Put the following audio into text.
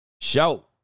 Show